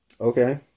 Okay